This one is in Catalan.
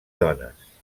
dones